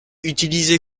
utilisé